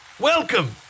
welcome